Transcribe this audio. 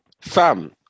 Fam